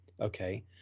okay